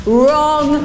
wrong